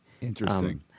Interesting